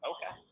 Okay